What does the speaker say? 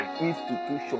institution